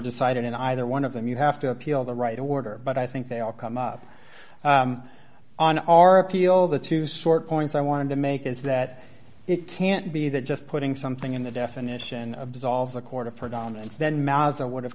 decided in either one of them you have to appeal the right order but i think they all come up on our appeal the two sort points i wanted to make is that it can't be that just putting something in the definition of dissolve the court of predominance then maza would have